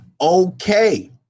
Okay